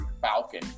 falcon